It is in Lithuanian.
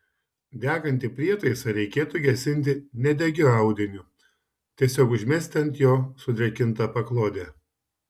degantį prietaisą reikėtų gesinti nedegiu audiniu tiesiog užmesti ant jo sudrėkintą paklodę